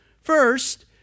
First